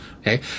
okay